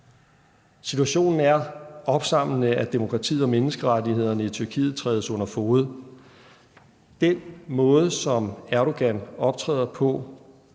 Situationen er opsamlende, at demokratiet og menneskerettighederne trædes under fode i Tyrkiet. Den måde, som Erdogan optræder på,